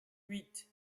huit